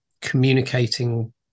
communicating